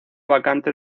vacante